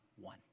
one